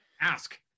Ask